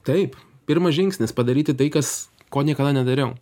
taip pirmas žingsnis padaryti tai kas ko niekada nedariau